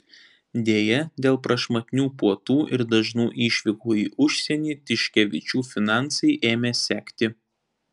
deja dėl prašmatnių puotų ir dažnų išvykų į užsienį tiškevičių finansai ėmė sekti